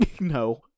no